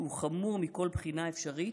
שהוא חמור מכל בחינה אפשרית,